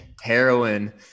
heroin